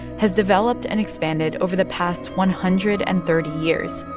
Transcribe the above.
has developed and expanded over the past one hundred and thirty years,